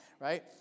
right